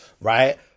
right